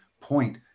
point